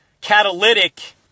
catalytic